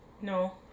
No